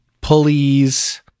pulleys